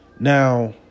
Now